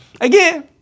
again